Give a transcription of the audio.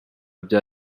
bya